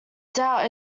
doubt